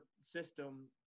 system